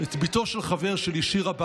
את בתו של חבר שלי, שירה בנקי,